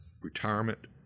retirement